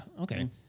okay